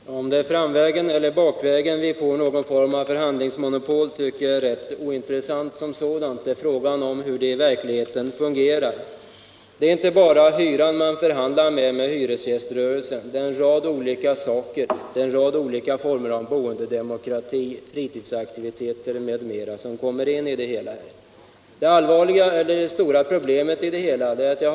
Herr talman! Om det är ”framvägen” eller bakvägen som vi får en form av förhandlingsmonopol tycker jag är ganska ointressant. Frågan är hur det i verkligheten fungerar. Det är inte bara hyran man förhandlar om i hyresgäströrelsen. Det är en rad olika frågor om boendedemokrati, fritidsaktiviteter m.m. som kommer in. Det problem som jag önskar att man skulle komma till rätta med är följande.